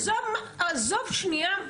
עזוב שנייה,